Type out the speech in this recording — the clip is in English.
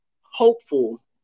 hopeful